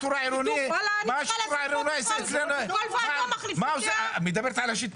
השיטור העירוני החדש לא שווה כי אין להם סמכויות.